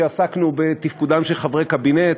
כשעסקנו בתפקודם של חברי קבינט.